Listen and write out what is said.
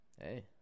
hey